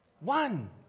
One